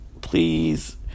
Please